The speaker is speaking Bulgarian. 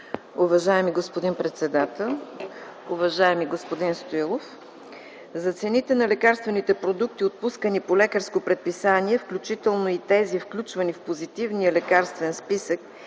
Уважаеми господин председател, уважаеми господин Стоилов! За цените на лекарствените продукти, отпускани по лекарско предписание, включително и тези, включвани в позитивния лекарствен списък